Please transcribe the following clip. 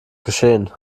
geschehen